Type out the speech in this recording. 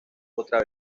otra